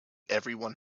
everyone